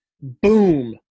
boom